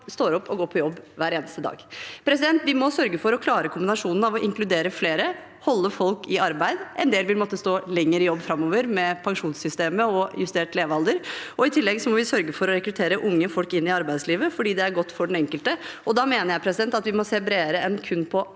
står opp og går på jobb hver eneste dag. Vi må sørge for å klare kombinasjonen av å inkludere flere og å holde folk i arbeid. En del vil måtte stå lenger i jobb framover med pensjonssystemet og justert levealder. I tillegg må vi sørge for å rekruttere unge folk inn i arbeidslivet fordi det er godt for den enkelte, og da mener jeg at vi må se bredere enn kun på